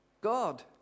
God